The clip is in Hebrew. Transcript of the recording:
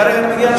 חבר הכנסת